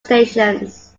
stations